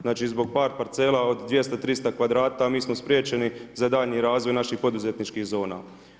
Znači zbog par parcela od 200, 300 kvadrata mi smo spriječeni za daljnji razvoj naših poduzetničkih zona.